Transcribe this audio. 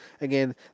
Again